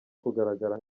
kugaragara